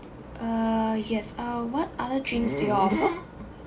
uh yes uh what other drinks do you offer